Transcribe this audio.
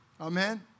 Amen